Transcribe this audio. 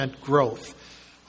growth